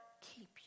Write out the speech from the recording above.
keep